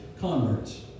converts